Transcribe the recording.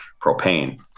propane